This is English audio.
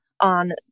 on